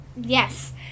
Yes